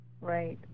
Right